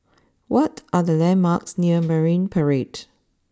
what are the landmarks near Marine Parade